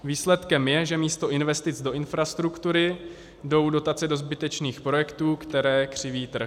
Výsledkem je, že místo investic do infrastruktury jdou dotace do zbytečných projektů, které křiví trh.